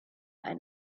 ein